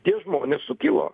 tie žmonės sukilo